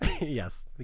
yes